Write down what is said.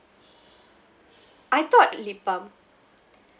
I thought lip balm